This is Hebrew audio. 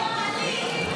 כולם, אתם המושחתים.